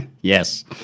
yes